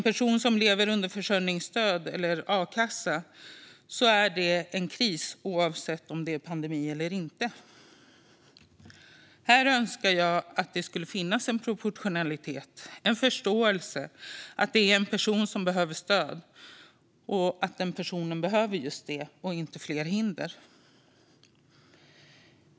Att leva på försörjningsstöd eller a-kassa innebär en kris, oavsett om det är pandemi eller inte. Här önskar jag att det skulle finnas en proportionalitet, en förståelse för att det handlar om en person som behöver just stöd och inte fler hinder.